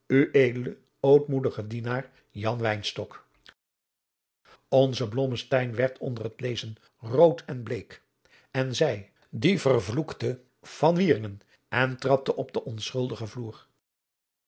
ootmoedige dienaar onze blommesteyn werd onder het lezen rood en bleek en zeî die vervl van wieringen en trapte op den onschuldigen vloer